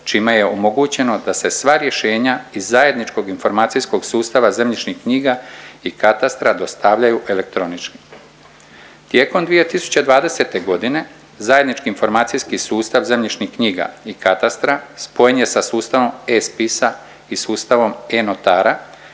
čime je omogućeno da se sva rješenja iz zajedničkog informacijskog sustava zemljišnih knjiga i katastra dostavljaju elektronički. Tijekom 2020.g. zajednički informacijski sustav zemljišnih knjiga i katastra spojen je sa sustavom e-Spisa i sustavom e-Notara